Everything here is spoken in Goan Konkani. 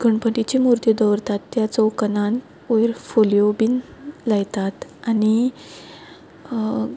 गणपतीची म्हुर्ती दवरतात त्या चवकनान वयर फोल्यो बीन लायतात आनी